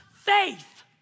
Faith